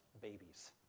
babies